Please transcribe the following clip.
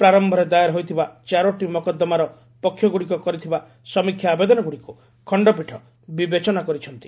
ପ୍ରାରମ୍ଭରେ ଦାଏର ହୋଇଥିବା ଚାରୋଟି ମକୋଦ୍ଦମାର ପକ୍ଷଗୁଡ଼ିକ କରିଥିବା ସମୀକ୍ଷା ଆବେଦନଗୁଡ଼ିକୁ ଖଣ୍ଡପୀଠ ବିବେଚନା କରିଛନ୍ତି